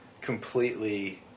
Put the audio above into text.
completely